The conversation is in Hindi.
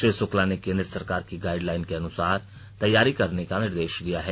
श्री शुक्ला ने केन्द्र सरकार की गाईडलाइन के अनुसार तैयारी करने का निर्देश दिया है